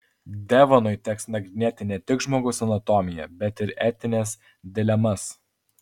devonui teks nagrinėti ne tik žmogaus anatomiją bet ir etines dilemas